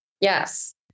Yes